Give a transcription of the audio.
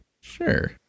sure